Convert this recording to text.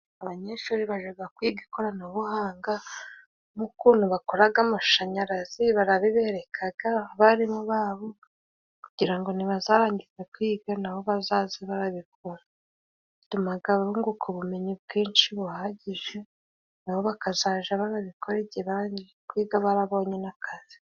Abanyeshuri bajaga kwiga ikoranabuhanga, nk'ukuntu bakoraga amashanyarazi barabiberekaga abarimu babo. Kugirango ni bazarangiza kwiga, nabo bazaze barabikora. Bitumaga bunguka ubumenyi bwinshi buhagije, nabo bakazaja barabikora igihe barangije kwiga barabonye n'akazi.